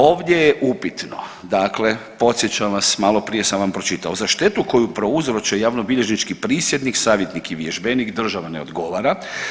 Ovdje je upitno, dakle podsjećam vas malo prije sam vam pročitao za štetu koju prouzroče javnobilježnički prisjednik, savjetnik i vježbenik država n e odgovara.